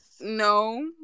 No